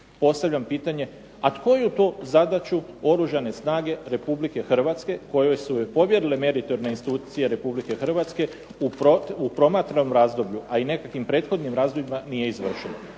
postavljam pitanje, a koju to zadaću oružane snage Republika Hrvatske, kojoj su joj povjerile meritorne institucije Republike Hrvatske, u promatranom razdoblju, a i nekakvim prethodnim razdobljima nije izvršilo?